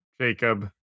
Jacob